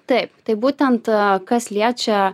taip taip būtent kas liečia